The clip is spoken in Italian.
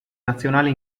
nazionali